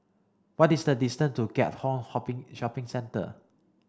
what is the distance to Keat Hong Shopping Centre